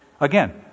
Again